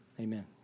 Amen